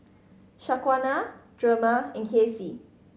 Shaquana Drema and Kasey